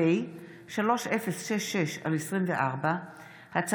פ/3066/24 וכלה בהצעת חוק פ/3113/24: